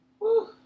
Woo